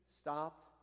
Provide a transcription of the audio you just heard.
stopped